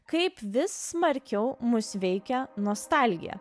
kaip vis smarkiau mus veikia nostalgija